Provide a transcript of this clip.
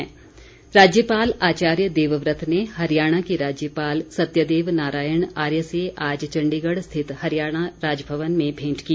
मेंट राज्यपाल आचार्य देवव्रत ने हरियाणा के राज्यपाल सत्यदेव नारायण आर्य से आज चण्डीगढ़ स्थित हरियाणा राजभवन में भेंट की